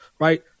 right